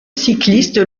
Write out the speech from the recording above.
cycliste